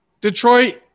Detroit